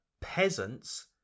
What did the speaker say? peasants